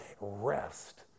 rest